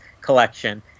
collection